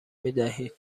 میدهید